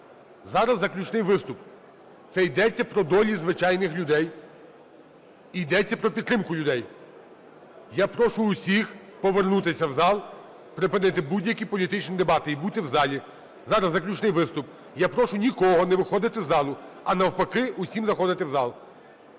Зараз заключний виступ. Це йдеться про долі звичайних людей і йдеться про підтримку людей. Я прошу всіх повернутися в зал, припинити будь-які політичні дебати і бути в залі. Зараз заключний виступ, я прошу нікого не виходити з залу, а навпаки всім заходити в зал.